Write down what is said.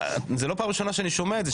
זה לא פעם ראשונה שאני שומע את זה,